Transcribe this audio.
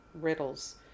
riddles